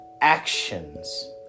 actions